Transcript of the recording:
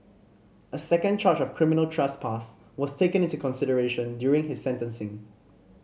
a second charge of criminal trespass was taken into consideration during his sentencing